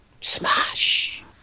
Smash